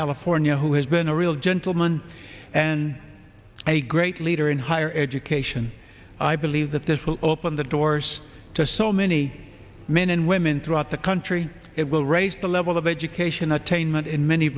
california who has been a real gentleman and a great leader in higher education i believe that this will open the doors to so many men and women throughout the country it will raise the level of education attainment in many